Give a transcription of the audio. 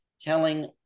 telling